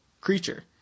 creature